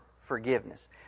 forgiveness